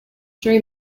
during